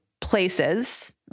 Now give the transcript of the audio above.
places